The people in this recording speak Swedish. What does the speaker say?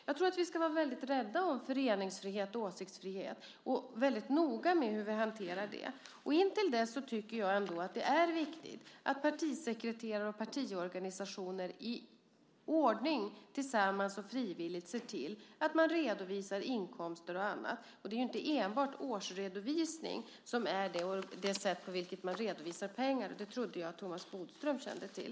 Jag tror att vi ska vara väldigt rädda om föreningsfrihet och åsiktsfrihet och väldigt noga med hur vi hanterar dem. Jag tycker att det är viktigt att partisekreterare och partiorganisationer tillsammans i ordning och frivilligt ser till att man redovisar inkomster och annat. Det är inte enbart genom årsredovisning som man redovisar pengar, och det trodde jag att Thomas Bodström kände till.